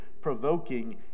provoking